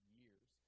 years